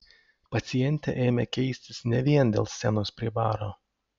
pacientė ėmė keistis ne vien dėl scenos prie baro